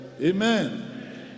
Amen